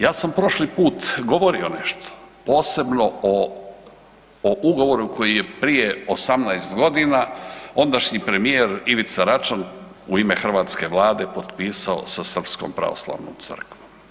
Ja sam prošli put govorio nešto posebno o ugovoru koji je prije 18 godina ondašnji premijer Ivica Račan u ime hrvatske vlade potpisao sa Srpskom pravoslavnom crkvom.